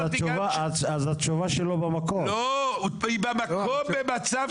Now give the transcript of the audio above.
ואז הוא יצטרך להתחיל להסביר שבמדינת ישראל יש בעיה,